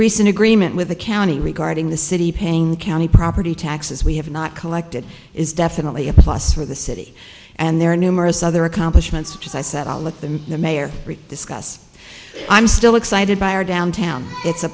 recent agreement with the county regarding the city paying county property taxes we have not collected is definitely a plus for the city and there are numerous other accomplishments as i said i'll let the mayor discuss i'm still excited by our downtown it's a